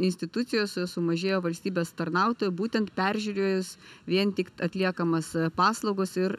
institucijose sumažėjo valstybės tarnautojų būtent peržiūrėjus vien tik atliekamas paslaugas ir